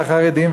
והחרדים,